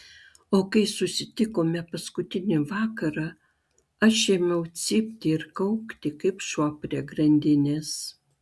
o kai susitikome paskutinį vakarą aš ėmiau cypti ir kaukti kaip šuo prie grandinės